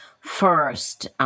first